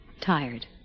tired